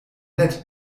nett